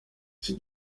qui